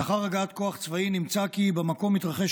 לאחר הגעת כוח צבאי נמצא כי במקום מתרחש